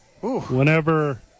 Whenever